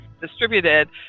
distributed